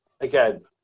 again